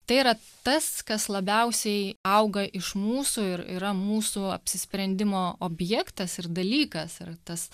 tai yra tas kas labiausiai auga iš mūsų ir yra mūsų apsisprendimo objektas ir dalykas yra tas